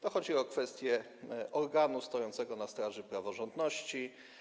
Tu chodzi o kwestie organu stojącego na straży praworządności.